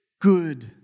Good